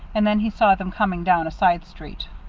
and then he saw them coming down a side street.